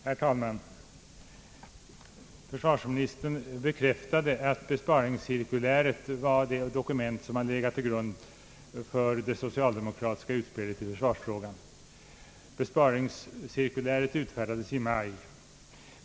Herr talman! Försvarsministern bekräftade att besparingscirkuläret var det dokument som har legat till grund för det socialdemokratiska utspelet i försvarsfrågan. Besparingscirkuläret utfärdades i maj.